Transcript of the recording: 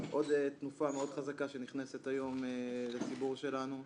עוד תנופה מאוד חזקה שנכנסת היום לציבור שלנו,